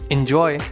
Enjoy